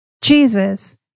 Jesus